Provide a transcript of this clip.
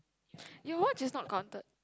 your watch is not gotten